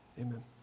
amen